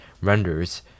renders